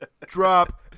Drop